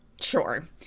Sure